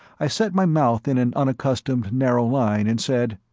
i set my mouth in an unaccustomed narrow line and said,